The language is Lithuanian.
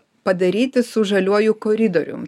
padaryti su žaliuoju koridorium